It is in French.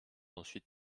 ensuite